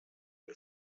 get